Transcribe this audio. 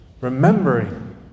remembering